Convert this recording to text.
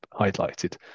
highlighted